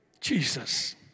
Jesus